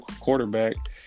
quarterback